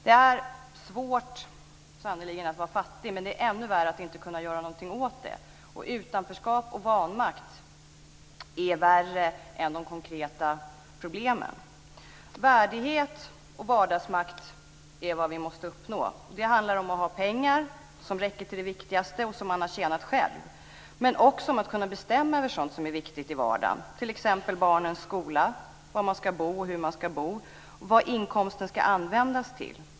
Det är sannerligen svårt att vara fattig, men det är ännu värre att inte kunna göra någonting åt det. Utanförskap och vanmakt är värre än de konkreta problemen. Värdighet och vardagsmakt är vad vi måste uppnå. Det handlar om att ha pengar som räcker till det viktigaste och som man har tjänat själv, men det handlar också om att kunna bestämma över sådant som är viktigt i vardagen, t.ex. barnens skola, var man ska bo och hur man ska bo, vad inkomsten ska användas till.